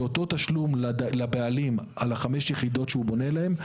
שאותו תשלום לבעלים על חמש היחידות שהוא בונה להם,